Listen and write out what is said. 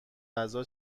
غذا